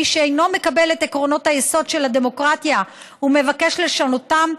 מי שאינו מקבל את עקרונות היסוד של הדמוקרטיה ומבקש לשנותם,